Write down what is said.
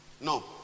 No